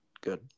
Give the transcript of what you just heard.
good